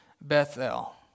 Bethel